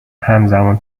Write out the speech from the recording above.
همزمان